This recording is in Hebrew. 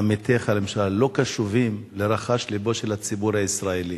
עמיתיך לממשלה לא קשובים לרחשי לבו של הציבור הישראלי.